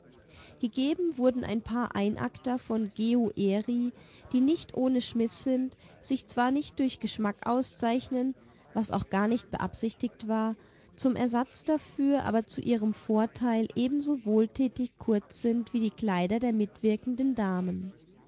gegeben wurden ein paar einakter von geo eri die nicht ohne schmiß sind sich zwar nicht durch geschmack auszeichnen was auch gar nicht beabsichtigt war zum ersatz dafür aber zu ihrem vorteil ebenso wohltätig kurz sind wie die kleider der mitwirkenden damen